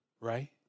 right